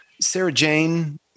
Sarah-Jane